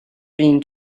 been